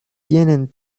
tienen